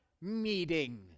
meeting